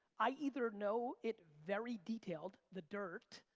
i either know it very detailed, the dirt,